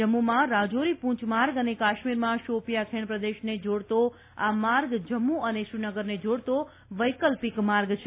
જમ્મુમાં રાજૌરી પૂંચ માર્ગ અને કાશ્મીરમાં શોપિંયાં ખીણ પ્રદેશને જોડતો આ માર્ગ જમ્મુ અને શ્રીનગરને જોડતો વૈકલ્પિક માર્ગ છે